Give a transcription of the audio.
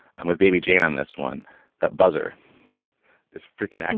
i'm with baby jane on this one that buzzer is frickin and